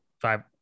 Five